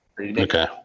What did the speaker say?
Okay